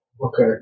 Okay